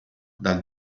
dal